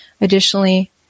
Additionally